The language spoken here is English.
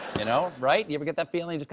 you know? right? you ever get that feeling.